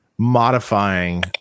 modifying